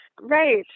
Right